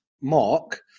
mark